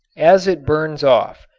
as it burns off,